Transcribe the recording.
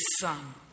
son